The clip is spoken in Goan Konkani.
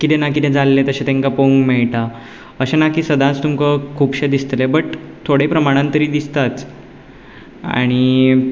किदें ना किदें जाल्लें तांकां पळोपाक मेळटा अशें ना की सदांत तुमकां खुबशे दिसतले बट थोडे प्रमाणान तरी दिसताची आणी